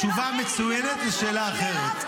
תשובה מצוינת לשאלה אחרת.